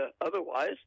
otherwise